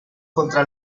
contra